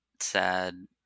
Sad